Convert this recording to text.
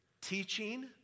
teaching